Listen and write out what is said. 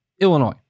Illinois